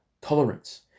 tolerance